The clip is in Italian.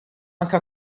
anche